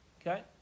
Okay